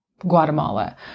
Guatemala